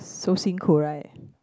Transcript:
so 辛苦 right